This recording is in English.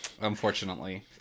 unfortunately